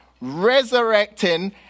resurrecting